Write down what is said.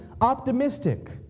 optimistic